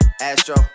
Astro